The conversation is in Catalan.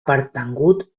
pertangut